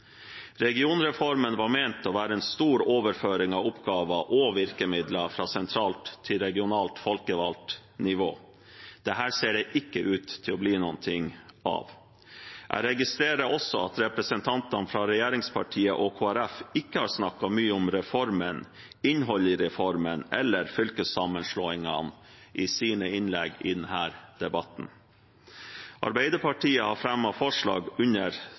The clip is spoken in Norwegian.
Regionreformen var ment å være en stor overføring av oppgaver og virkemidler fra sentralt til regionalt folkevalgt nivå. Dette ser det ikke ut til å bli noe av. Jeg registrerer også at representantene fra regjeringspartiene og Kristelig Folkeparti ikke har snakket mye om reformen, innholdet i reformen eller fylkessammenslåingene i sine innlegg i denne debatten. Arbeiderpartiet har fremmet følgende forslag under